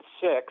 six